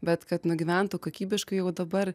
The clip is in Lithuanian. bet kad nugyventų kokybiškai jau dabar